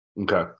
okay